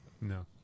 no